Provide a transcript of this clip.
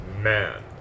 Man